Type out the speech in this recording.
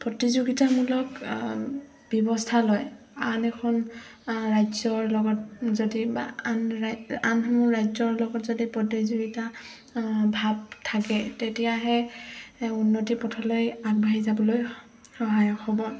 প্ৰতিযোগিতামূলক ব্যৱস্থা লয় আন এখন ৰাজ্যৰ লগত যদি বা আন ৰা আনসমূহ ৰাজ্যৰ লগত যদি প্ৰতিযোগিতা ভাৱ থাকে তেতিয়াহে উন্নতিৰ পথলৈ আগবাঢ়ি যাবলৈ সহায়ক হ'ব